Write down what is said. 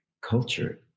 culture